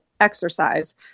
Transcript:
exercise